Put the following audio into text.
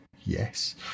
yes